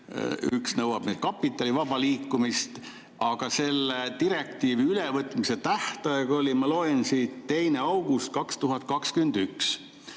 üks nõuab kapitali vaba liikumist. Aga selle direktiivi ülevõtmise tähtaeg oli, ma loen siit, 2. august 2021.